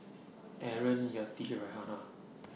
Aaron Yati Raihana